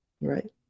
Right